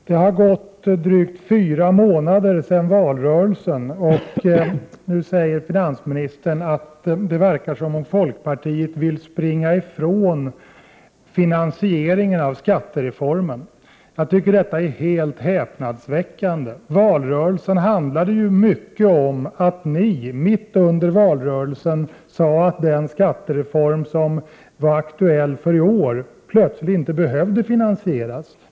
Herr talman! Drygt fyra månader har förflutit sedan valrörelsen avslutades, och nu säger finansministern att det verkar som om folkpartiet vill springa ifrån finansieringen av skattereformen. Det tycker jag är ett häpnadsväckande uttalande. Valrörelsen handlade ju mycket om att ni mitt under den plötsligt sade att den skattereform som var aktuell för i år inte behövde finansieras.